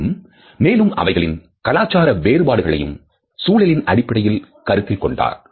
என்றும் மேலும் அவைகளில் கலாச்சார வேறுபாடுகளையும் சூழலின் அடிப்படையில் கருத்தில் கொண்டார்